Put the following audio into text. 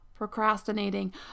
procrastinating